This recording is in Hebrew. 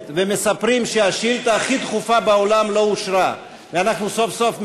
ומספרים שהשאילתה הכי דחופה בעולם לא אושרה ואנחנו סוף-סוף מאשרים,